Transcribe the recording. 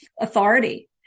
authority